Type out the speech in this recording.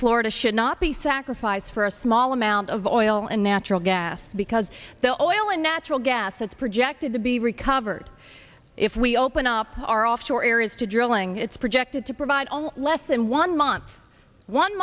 florida should not be sacrificed for a small amount of oil and natural gas because the oil and natural gas is projected to be recovered if we open up our offshore areas to drilling it's projected to provide less than one month one